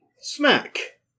Smack